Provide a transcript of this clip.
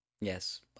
yes